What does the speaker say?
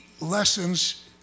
lessons